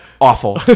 Awful